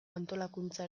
antolakuntza